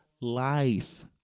life